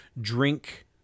drink